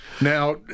Now